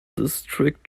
district